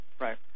Right